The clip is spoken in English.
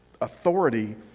authority